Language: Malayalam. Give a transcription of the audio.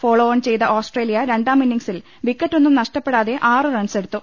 ഫോളോഓൺ ചെയ്ത ഓസ്ട്രേലിയ രണ്ടാം ഇന്നിംഗ്സിൽ വിക്കറ്റൊന്നും നഷ്ട പ്പെടാതെ ആറ് റൺസെടുത്തു